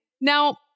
Now